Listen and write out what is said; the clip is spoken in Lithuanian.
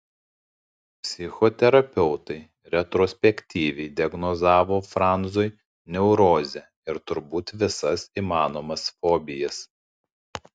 psichoterapeutai retrospektyviai diagnozavo franzui neurozę ir turbūt visas įmanomas fobijas